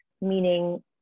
Meaning